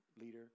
leader